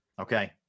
Okay